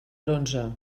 bronze